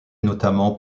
notamment